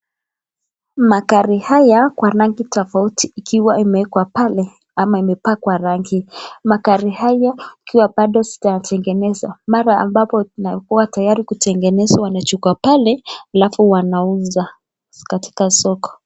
Magari haya kwa rangi tofauti ikiwa imeekwa pale ama imepakwa rangi. Magari haya ikiwa bado hazijatengenezwa, mara ambapo inakua tayari kutengenezwa yanachukua pale alafu wanauza katika soko.